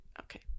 okay